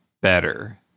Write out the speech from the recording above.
better